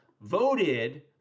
voted